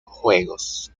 juegos